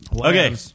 Okay